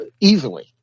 easily